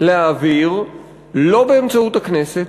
להעביר לא באמצעות הכנסת,